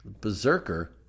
berserker